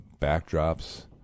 backdrops